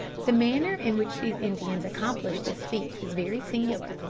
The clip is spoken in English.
the manner in which these indians accomplish this feat is very singular,